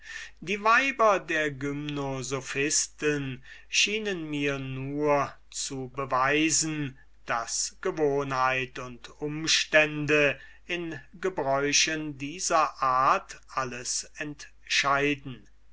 die weiber der gymnosophisten schienen mir nur zu beweisen daß gewohnheit und umstände in gebräuchen dieser art alles entscheiden